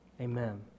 amen